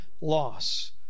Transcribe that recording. loss